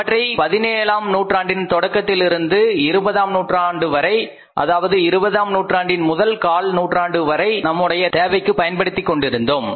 அவற்றை பதினேழாம் நூற்றாண்டின் தொடக்கத்திலிருந்து இருபதாம் நூற்றாண்டு வரை அதாவது இருபதாம் நூற்றாண்டின் முதல் கால் நூற்றாண்டு வரை நம்முடைய தேவைக்கு பயன்படுத்திக்கொண்டிருந்தோம்